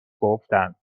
گفتن